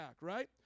right